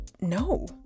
No